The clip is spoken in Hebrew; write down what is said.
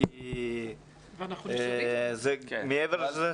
מעבר לזה,